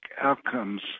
outcomes